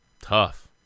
Tough